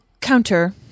counter